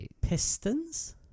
Pistons